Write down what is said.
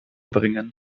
bringen